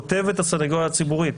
כותבת הסנגוריה הציבורית: